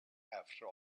after